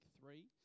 three